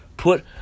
put